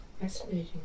Fascinating